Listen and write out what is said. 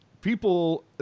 people